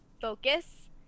focus